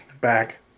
back